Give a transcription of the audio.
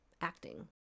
acting